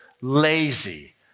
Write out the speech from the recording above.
lazy